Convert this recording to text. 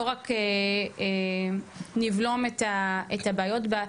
לא רק נבלום את הבעיות בה,